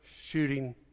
shooting